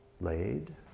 laid